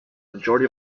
majority